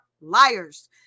liars